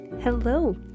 Hello